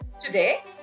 today